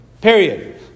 Period